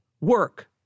work